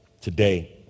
today